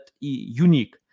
unique